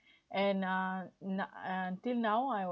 and uh no~ until now I